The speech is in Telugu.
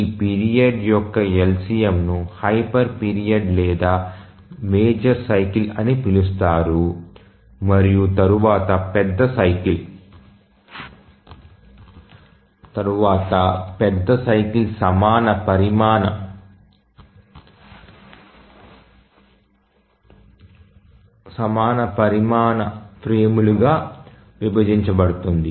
ఈ పీరియడ్ యొక్క LCMను హైపర్ పీరియడ్ లేదా పెద్ద సైకిల్ అని పిలుస్తారు మరియు తరువాత పెద్ద సైకిల్ సమాన పరిమాణ ఫ్రేమ్లు గా విభజించబడింది